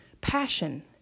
passion